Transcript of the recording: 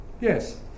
yes